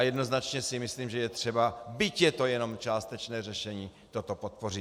Jednoznačně si myslím, že je třeba, byť je to jenom částečné řešení, toto podpořit.